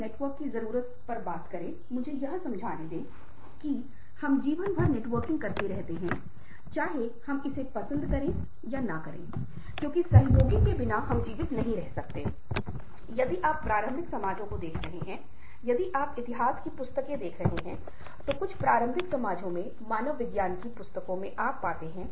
यह दूसरे व्यक्ति के पास जाता है चाहे वह एक प्रेरणा हो चाहे वह नेतृत्व हो या भावनात्मक बुद्धिमत्ता हो यह एक विशेष संदर्भ में दूसरे व्यक्ति के पास मौखिक और गैर मौखिक संचार के माध्यम से गुजरता है